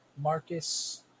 Marcus